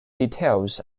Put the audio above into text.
details